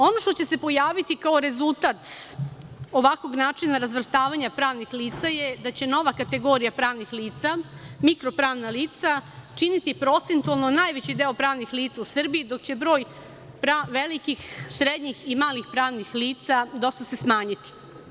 Ono što će se pojaviti kao rezultat ovakvog načina razvrstavanja pravnih lica je, da će nova kategorija pravnih lica, mikro pravna lica, činiti procentualno najveći deo pravnih lica u Srbiji, dok će broj velikih, srednjih i malih pravnih lica se dosta smanjiti.